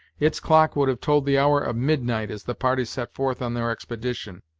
its clock would have told the hour of midnight as the party set forth on their expedition.